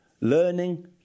learning